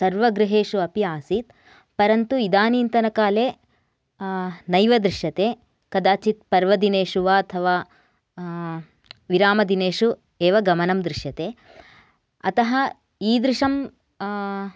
सर्व गृहेषु अपि आसीत् परन्तु इदानीं तन काले नैव दृश्यते कदाचित् पर्वदिनेषु वा अथवा विरामदिनेषु एव गमनं दृश्यते अतः ईदृशं